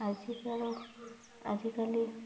ଆଜିକାର ଆଜିକାଲି